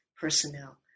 personnel